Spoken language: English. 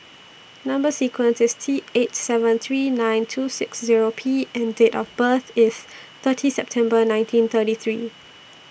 Number sequence IS T eight seven three nine two six Zero P and Date of birth IS thirty September nineteen thirty three